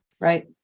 Right